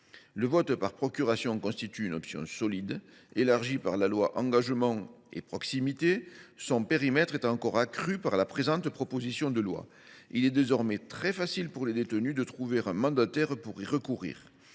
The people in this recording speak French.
Le vote par procuration constitue une option solide. Élargi par la loi Engagement et Proximité, son périmètre est encore accru par la présente proposition de loi. Il est désormais très facile pour les détenus de trouver un mandataire. Ce